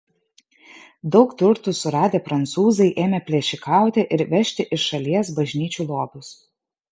daug turtų suradę prancūzai ėmė plėšikauti ir vežti iš šalies bažnyčių lobius